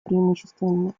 преимуществами